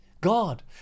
God